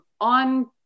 on